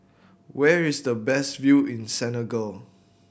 where is the best view in Senegal